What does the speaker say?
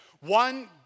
One